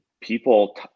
people